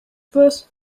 was